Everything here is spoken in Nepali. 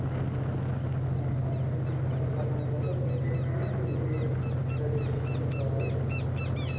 है अनि अँ म्युजिक भएको कारणले गर्दा म्युजिकमा नै त्यसले ग्र्याजुएसन पनि गऱ्यो हो